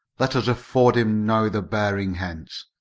let us afford him now the bearing hence,